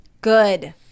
Good